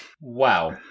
wow